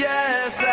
Yes